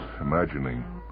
imagining